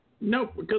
Nope